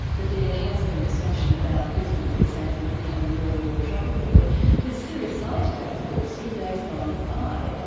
but there has been discussion about brisbane, for example, becoming more and more tropical. and there's a serious side to that of course. in days gone by,